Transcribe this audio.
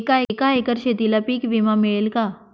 एका एकर शेतीला पीक विमा मिळेल का?